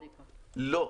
לא.